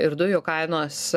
ir dujų kainos